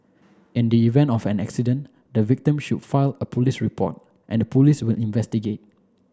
in the event of an accident the victim should file a police report and the Police will investigate